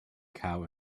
cow